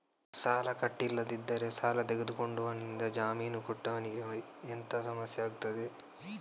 ಸಾಲ ಕಟ್ಟಿಲ್ಲದಿದ್ದರೆ ಸಾಲ ತೆಗೆದುಕೊಂಡವನಿಂದ ಜಾಮೀನು ಕೊಟ್ಟವನಿಗೆ ಎಂತ ಸಮಸ್ಯೆ ಆಗ್ತದೆ?